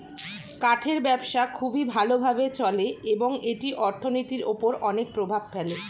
কাঠের ব্যবসা খুবই ভালো ভাবে চলে এবং এটি অর্থনীতির উপর অনেক প্রভাব ফেলে